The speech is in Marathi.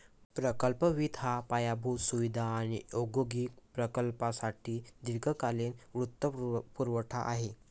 प्रकल्प वित्त हा पायाभूत सुविधा आणि औद्योगिक प्रकल्पांसाठी दीर्घकालीन वित्तपुरवठा आहे